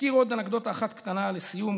אזכיר עוד אנקדוטה אחת קטנה לסיום.